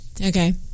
Okay